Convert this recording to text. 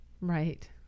Right